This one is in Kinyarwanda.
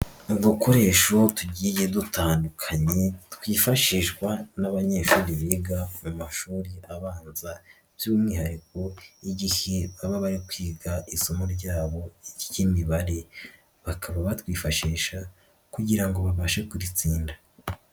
Ududukoresho tugiye dutandukanye, twifashishwa n'abanyeshuri biga mu mashuri abanza by'umwihariko igihe baba bari kwiga isomo ryabo ry'imibare. Bakaba batwifashisha kugira ngo babashe kuritsinda.